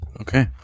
Okay